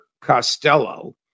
Costello